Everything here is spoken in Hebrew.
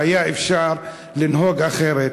והיה אפשר לנהוג אחרת,